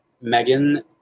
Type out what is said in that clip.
Megan